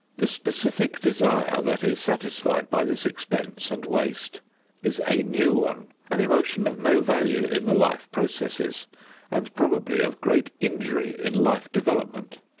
the specific desire that is satisfied by this expense and waste is a new one, an emotion of no value in the life processes and probably of great injury in life development.